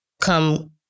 come